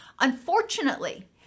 unfortunately